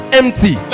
empty